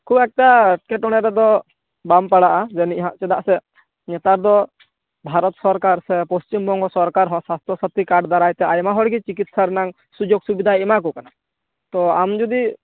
ᱠᱷᱩᱵ ᱮᱠᱴᱟ ᱮᱴᱠᱮᱴᱚᱬᱮ ᱨᱮᱫᱚ ᱵᱟᱢ ᱯᱟᱲᱟᱜᱼᱟ ᱡᱟᱹᱱᱤᱡ ᱪᱮᱫᱟᱜ ᱥᱮ ᱱᱮᱛᱟᱨ ᱫᱚ ᱵᱷᱟᱨᱚᱛ ᱥᱚᱨᱠᱟᱨ ᱥᱮ ᱯᱟᱪᱷᱤᱢ ᱵᱟᱝᱜᱚ ᱥᱚᱨᱠᱟᱨ ᱥᱟᱥᱛᱷᱚ ᱥᱟᱛᱷᱤ ᱠᱟᱲ ᱫᱟᱨᱟᱭᱛᱮ ᱟᱭᱢᱟ ᱦᱚᱲᱜᱮ ᱪᱤᱠᱤᱛᱥᱟ ᱨᱮᱱᱟᱝ ᱥᱩᱡᱟᱹᱜ ᱥᱩᱵᱤᱵᱷᱟ ᱮᱢᱟᱠᱚ ᱠᱟᱱᱟ ᱛᱚ ᱟᱢ ᱡᱚᱫᱤ